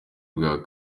bwa